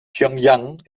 pjöngjang